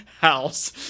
house